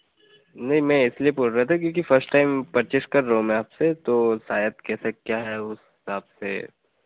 नहीं मैं इसलिए बोल रहा था क्योंकि फर्स्ट टाइम परचेज कर रहा हूँ मैं आपसे तो शायद कैसे क्या है उस हिसाब से